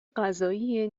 قضایی